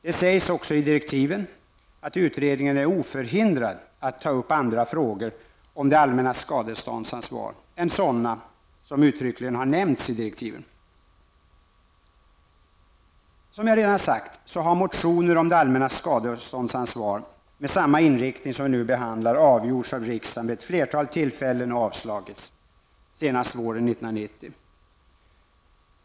Det sägs även i direktiven att utredningen är oförhindrad att ta upp andra frågor om det allmännas skadeståndsansvar än sådana som uttryckligen har nämnts i direktiven. Som jag redan sagt har motioner om det allmännas skadeståndsansvar med samma inriktning som vi nu behandlar avgjorts av riksdagen vid ett flertal tillfällen och avslagits, senast våren 1990.